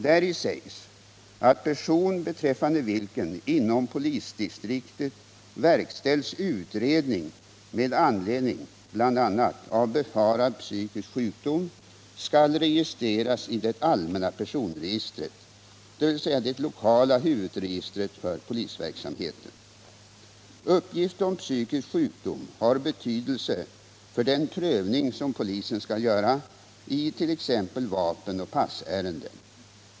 Däri sägs att person, beträffande vilken inom polisdistriktet verkställts utredning med anledning bl.a. av befarad psykisk sjukdom, skall registreras i det allmänna personregistret, dvs. det lokala huvudregistret för polisverksamheten. Uppgift om psykisk sjukdom har betydelse för den prövning som polisen skall göra i t.ex. vapenoch passärenden.